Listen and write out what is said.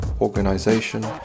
organization